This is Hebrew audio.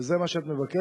וזה מה שאת מבקשת,